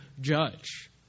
judge